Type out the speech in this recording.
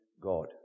God